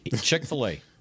Chick-fil-A